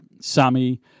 Sammy